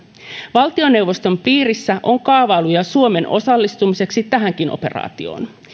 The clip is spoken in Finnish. valtioneuvoston piirissä on kaavailuja suomen osallistumiseksi tähänkin operaatioon